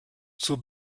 zur